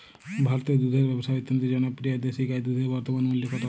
ভারতে দুধের ব্যাবসা অত্যন্ত জনপ্রিয় দেশি গাই দুধের বর্তমান মূল্য কত?